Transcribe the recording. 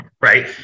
right